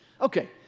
Okay